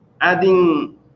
adding